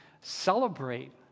celebrate